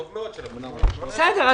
בסדר.